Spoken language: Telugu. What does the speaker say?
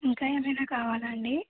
ఇంకా ఏమైనా కావాలా అండి